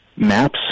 maps